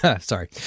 Sorry